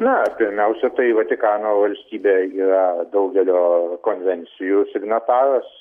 na pirmiausia tai vatikano valstybė yra daugelio konvencijų signataras